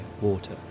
water